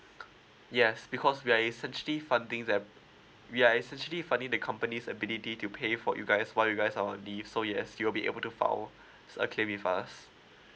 yes because we are recently funding that uh we are actually funding the company's ability to pay for you guys once you guys on leave so yes you'll be able to file a claim with us